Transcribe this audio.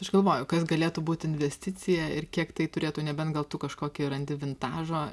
aš galvoju kas galėtų būti investicija ir kiek tai turėtų nebent gal tu kažkokį randi vintažo